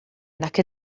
nac